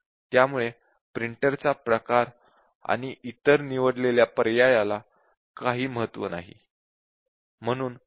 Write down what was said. त्यावेळेस प्रिंटरचा प्रकार आणि इतर निवडलेल्या पर्यायाला काही महत्व नाही